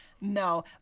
No